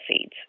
seeds